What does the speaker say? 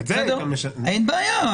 אין בעיה,